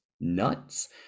nuts